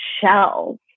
shells